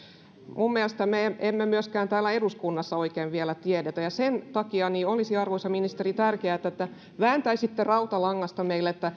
minun mielestäni me emme myöskään täällä eduskunnassa oikein vielä tiedä ja sen takia olisi arvoisa ministeri tärkeätä että vääntäisitte sen meille rautalangasta